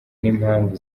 n’impamvu